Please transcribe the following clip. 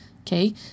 okay